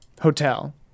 hotel